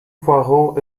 poirot